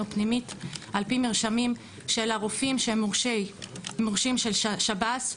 פנימית על פי מרשמים של הרופאים שהם מורשים של שב"ס.